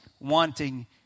wanting